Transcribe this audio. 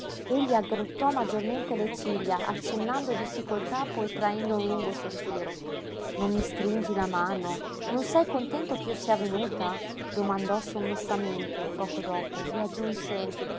mano egli aggrottò maggiormente le ciglia accennando di sí col capo e traendo un lungo sospiro non mi stringi la mano non sei contento ch'io sia venuta domandò sommessamente poco dopo e aggiunse